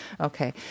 Okay